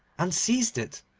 and seized it,